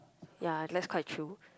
ya that's quite true